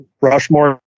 Rushmore